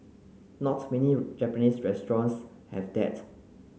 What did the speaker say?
not many Japanese restaurants have that